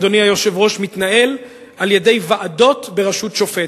אדוני היושב-ראש, מתנהל על-ידי ועדות בראשות שופט.